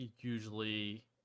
usually